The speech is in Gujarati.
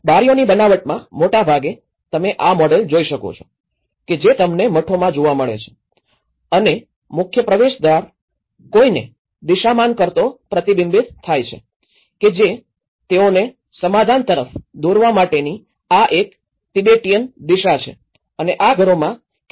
બારિયોંની બનાવટમાં મૉટે ભાગે તમે આ મોડેલ જોઈ શકો છો કે જે તમને મઠોમાં જોવા મળે છે અને મુખ્ય પ્રવેશદ્વાર કોઈને દિશામાન કરતો પ્રતિબિંબિત થાય છે કે જે તેઓને સમાધાન તરફ દોરવા માટેની આ એક તિબેટીયન દિશા છે અને આ ઘરોમાં કેટલીક પરંપરાગત બારિયોં છે